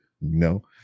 No